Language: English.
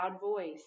voice